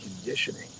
conditioning